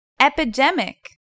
Epidemic